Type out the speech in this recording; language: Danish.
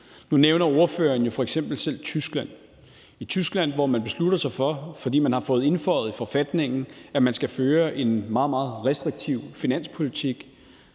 Nu nævner ordføreren jo f.eks. selv Tyskland. I Tyskland er det, fordi man har fået indføjet i forfatningen, at man skal føre en meget, meget restriktiv finanspolitik,